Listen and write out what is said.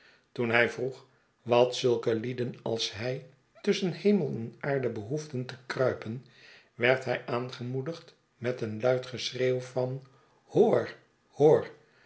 toen hij vroeg wat zulke lieden als hij tusschen hemel en aarde behoefden te kruipen werd hij aangemoedigd met een luid geschreeuw van t hoor hoor